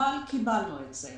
אבל קיבלנו את זה,